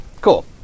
Cool